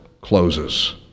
closes